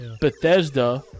Bethesda